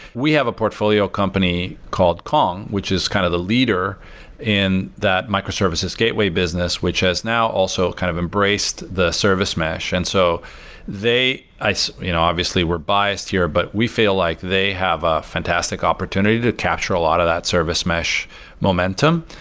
we have a portfolio company called kong, which is kind of the leader in that microservices gateway business, which has now also kind of embraced the service mesh. and so so you know obviously, we're biased here, but we feel like they have a fantastic opportunity to capture a lot of that service mesh momentum,